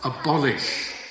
abolish